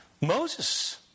Moses